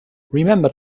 remember